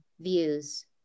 views